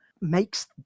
makes